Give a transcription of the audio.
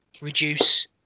reduce